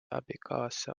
abikaasa